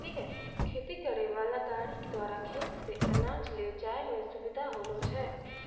खेती करै वाला गाड़ी द्वारा खेत से अनाज ले जाय मे सुबिधा होलो छै